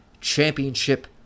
championship